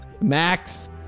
max